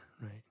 right